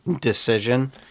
decision